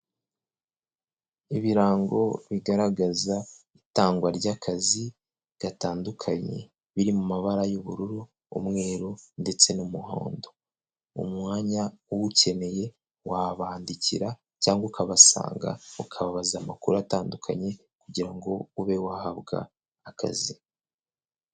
Ibirango bigaragaza itangwa ry'akazi gatandukanye, biri mu mabara y'ubururu, umweru ndetse n'umuhondo. Umwanya uwukeneye, wabandikira cyangwa ukabasanga ukababaza amakuru atandukanye kugira ngo ube wahabwa akazi.